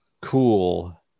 cool